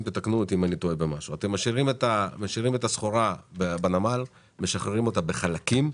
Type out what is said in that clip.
הם משאירים את הסחורה בנמל ומשחררים אותה בחלקים.